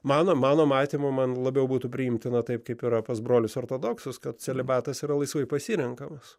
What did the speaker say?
mano mano matymu man labiau būtų priimtina taip kaip yra pas brolius ortodoksus kad celibatas yra laisvai pasirenkamas